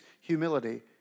humility